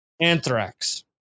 Anthrax